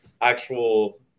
actual